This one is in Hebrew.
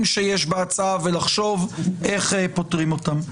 שיש בהצעה ולחשוב איך פותרים אותם.